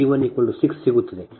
0 Z 12 V 1 6 ಸಿಗುತ್ತದೆ